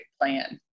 plan